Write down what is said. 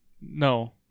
no